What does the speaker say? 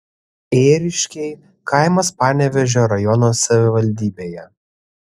ėriškiai kaimas panevėžio rajono savivaldybėje